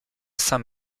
saint